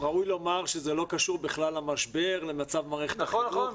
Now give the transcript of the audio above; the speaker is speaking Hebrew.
ראוי לומר שזה לא קשור בכלל למשבר ולמצב מערכת החינוך,